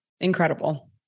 Incredible